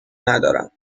ندارم